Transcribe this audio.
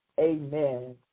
Amen